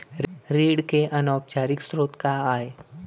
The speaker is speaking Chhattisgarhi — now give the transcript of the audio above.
ऋण के अनौपचारिक स्रोत का आय?